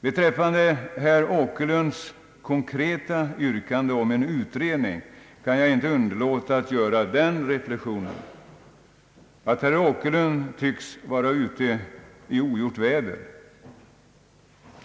Beträffande herr Åkerlunds konkreta yrkande om en utredning kan jag inte underlåta att göra den reflexionen att herr Åkerlund tycks vara ute i ogjort väder.